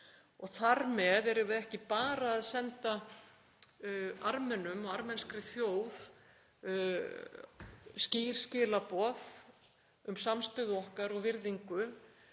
Þar með erum við ekki bara að senda Armenum og armenskri þjóð skýr skilaboð um samstöðu okkar og virðingu